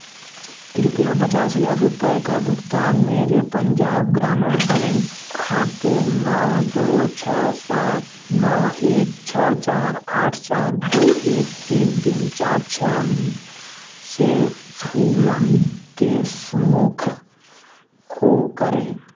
कृपया पचास का भुगतान मेरे पंजाब ग्रामीण बैंक खाते नौ दो छः सात नौ एक छः चार आठ चार दो एक तीन तीन चार छः से फूलन देशमुख को करें